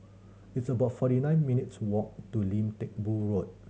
it's about forty nine minutes' walk to Lim Teck Boo Road